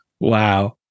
Wow